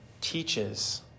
teaches